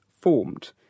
formed